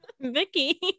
Vicky